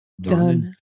done